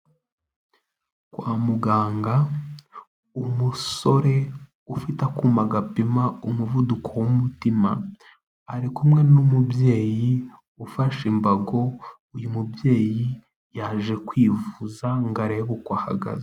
Kwa muganga umusore ufite akuma gapima umuvuduko w'umutima ari kumwemwe n'umubyeyi ufashe imbago uyu mubyeyi yaje kwivuza ngo arebe uko ahagaze.